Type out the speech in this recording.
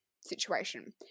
situation